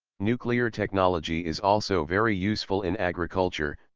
nuclear technology is also very useful in agriculture,